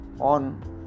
on